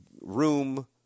room